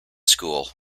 school